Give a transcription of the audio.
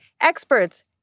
Experts